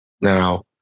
now